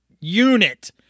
unit